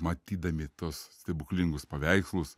matydami tuos stebuklingus paveikslus